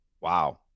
Wow